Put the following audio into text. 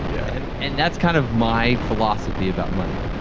yeah and and that's, kind of, my philosophy about money.